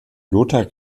lothar